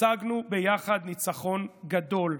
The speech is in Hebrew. השגנו ביחד ניצחון גדול,